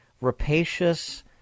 rapacious